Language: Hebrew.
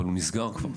אבל הוא נסגר כבר.